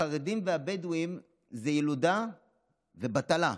החרדים והבדואים זו ילודה ובטלה,